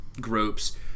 groups